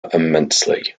immensely